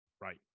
right